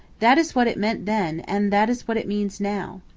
that is what it meant then, and that is what it means now.